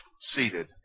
seated